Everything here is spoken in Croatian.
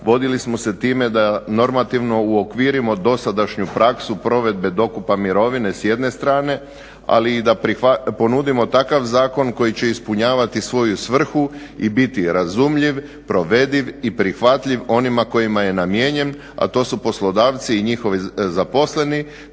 vodili smo se time da normativno uokvirimo dosadašnju provedbe dokupa mirovine s jedne strane, ali i da ponudimo takav zakon koji će ispunjavati svoju svrhu i biti razumljiv, provediv i prihvatljiv onima kojima je namijenjen, a to su poslodavci i njihovi zaposleni